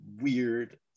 weird